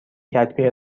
کتبی